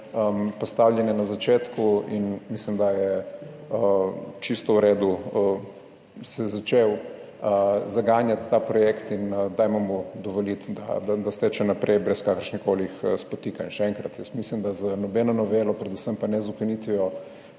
postavljene na začetku in mislim, da je čisto v redu se začel zaganjati ta projekt in dajmo mu dovoliti, da steče naprej, brez kakršnihkoli spotikanj. Še enkrat, jaz mislim, da z nobeno novelo, predvsem pa ne z ukinitvijo